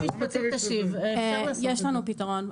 יש לנו פתרון.